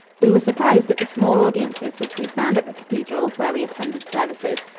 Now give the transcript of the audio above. we were surprised at the small audiences which we found at the cathedrals where we attended services.